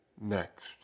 next